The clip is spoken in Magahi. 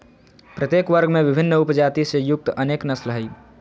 प्रत्येक वर्ग में विभिन्न उपजाति से युक्त अनेक नस्ल हइ